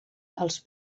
els